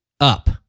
up